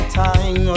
time